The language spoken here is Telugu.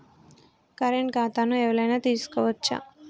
కరెంట్ ఖాతాను ఎవలైనా తీసుకోవచ్చా?